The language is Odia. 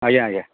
ଆଜ୍ଞା ଆଜ୍ଞା